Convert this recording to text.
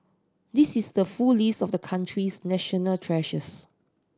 this is the full list of the country's national treasures